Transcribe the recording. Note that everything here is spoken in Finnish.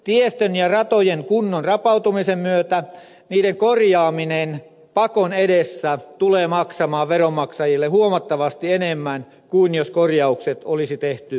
tiestön ja ratojen kunnon rapautumisen myötä niiden korjaaminen pakon edessä tulee maksamaan veronmaksajille huomattavasti enemmän kuin jos korjaukset olisi tehty ajallaan